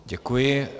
Děkuji.